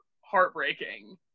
heartbreaking